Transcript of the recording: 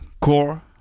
core